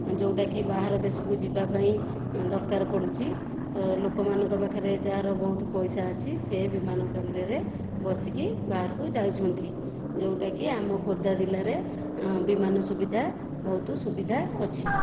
ଯେଉଁଟାକି ବାହାର ଦେଶକୁ ଯିବା ପାଇଁ ଦରକାର ପଡ଼ୁଛି ତ ଲୋକମାନଙ୍କ ପାଖରେ ଯାହାର ବହୁତ ପଇସା ଅଛି ସେ ବିମାନ କେନ୍ଦ୍ରରେ ବସିକି ବାହାରକୁ ଯାଉଛନ୍ତି ଯେଉଁଟାକି ଆମ ଖୋର୍ଦ୍ଧା ଜିଲ୍ଲାରେ ବିମାନ ସୁବିଧା ବହୁତ ସୁବିଧା ଅଛି